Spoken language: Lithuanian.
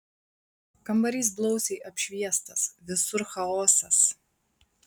kambarys blausiai apšviestas visur chaosas